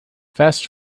fast